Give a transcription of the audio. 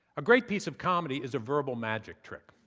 a great piece of comedy is a verbal magic trick,